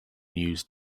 news